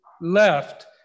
left